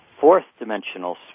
fourth-dimensional